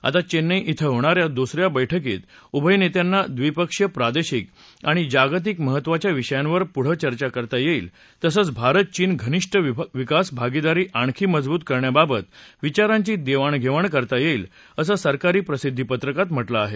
आता चेन्नई क्षे होणा या दुसऱ्या बैठकीत उभय नेत्यांना द्विपक्षीय प्रादेशिक आणि जागतिक महत्वाच्या विषयांवर पुढ चर्चा करता येईल तसंच भारत चीन घनिष्ठ विकास भागीदारी आणखी मजबुत करण्याबाबत विचारांची देवाणघेवाण करता येईल असं सरकारी प्रसिद्धीपत्रकात म्हटलं आहे